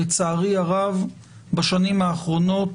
בשנים האחרונות